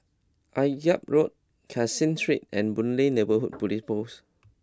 Akyab Road Caseen Street and Boon Lay Neighbourhood Police Post